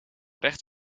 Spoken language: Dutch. recht